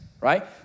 right